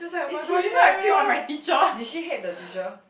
it's hilarious did she hate the teacher